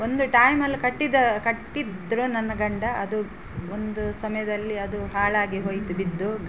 ಒಂದು ಟೈಮಲ್ಲಿ ಕಟ್ಟಿದ ಕಟ್ಟಿದ್ದರು ನನ್ನ ಗಂಡ ಅದು ಒಂದು ಸಮಯದಲ್ಲಿ ಅದು ಹಾಳಾಗಿ ಹೋಯಿತು ಬಿದ್ದು